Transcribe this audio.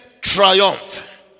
triumph